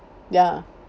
ya